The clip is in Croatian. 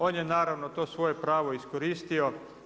On je naravno to svoje pravo iskoristio.